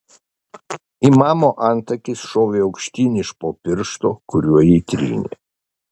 imamo antakis šovė aukštyn iš po piršto kuriuo jį trynė